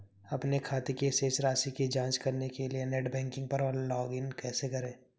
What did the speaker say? अपने खाते की शेष राशि की जांच करने के लिए नेट बैंकिंग पर लॉगइन कैसे करें?